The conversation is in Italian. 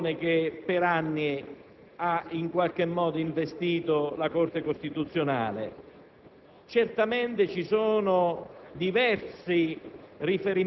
messo un punto fermo sulla questione che per anni ha in varia misura investito la Corte costituzionale.